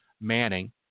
Manning